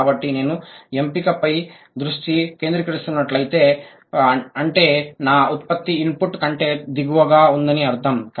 కాబట్టి నేను ఎంపికపై దృష్టి కేంద్రీకరిస్తున్నట్లయితే అంటే నా ఉత్పత్తి ఇన్పుట్ కంటే దిగువగా ఉందని అర్థం